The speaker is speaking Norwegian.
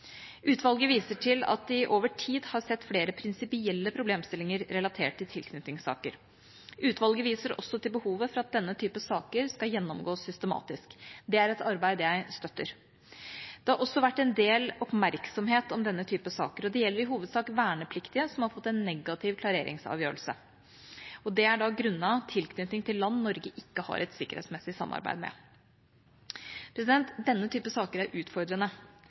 Utvalget viser til at de over tid har sett flere prinsipielle problemstillinger relatert til tilknytningssaker. Utvalget viser også til behovet for at denne typen saker skal gjennomgås systematisk. Det er et arbeid jeg støtter. Det har også vært en del oppmerksomhet om denne typen saker, og det gjelder i hovedsak vernepliktige som har fått en negativ klareringsavgjørelse. Det er grunnet tilknytning til land Norge ikke har et sikkerhetsmessig samarbeid med. Denne typen saker er utfordrende.